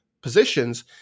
positions